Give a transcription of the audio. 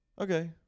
okay